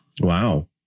Wow